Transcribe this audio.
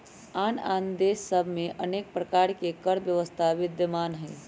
आन आन देश सभ में अनेक प्रकार के कर व्यवस्था विद्यमान हइ